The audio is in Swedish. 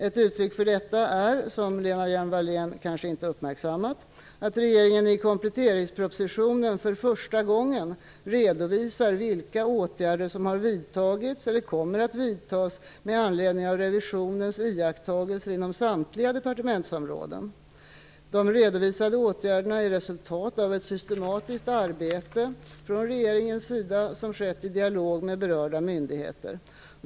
Ett uttryck för detta är, som Lena Hjelm-Wallén kanske inte uppmärksammat, att regeringen i kompletteringspropositionen för första gången redovisar vilka åtgärder som har vidtagits eller kommer att vidtas med anledning av revisionens iakttagelser inom samtliga departementsområden. De redovisade åtgärderna är resultatet av ett systematiskt arbete från regeringens sida som skett i dialog med berörda myndigheter.